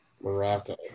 Morocco